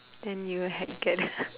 then you had get